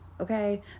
okay